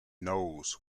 knows